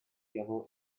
yellow